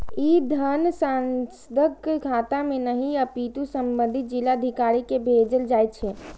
ई धन सांसदक खाता मे नहि, अपितु संबंधित जिलाधिकारी कें भेजल जाइ छै